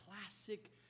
classic